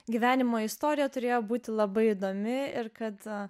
gyvenimo istorija turėjo būti labai įdomi ir kad